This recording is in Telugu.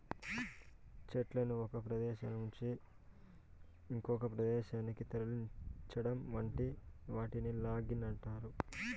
చెట్లను ఒక ప్రదేశం నుంచి ఇంకొక ప్రదేశానికి తరలించటం వంటి వాటిని లాగింగ్ అంటారు